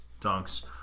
dunks